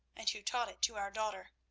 and who taught it to our daughter.